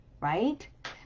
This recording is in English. right